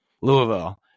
Louisville